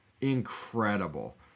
Incredible